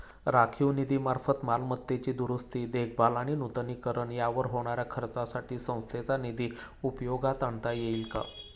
राखीव निधीमार्फत मालमत्तेची दुरुस्ती, देखभाल आणि नूतनीकरण यावर होणाऱ्या खर्चासाठी संस्थेचा निधी उपयोगात आणता येईल का?